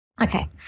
Okay